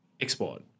export